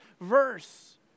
verse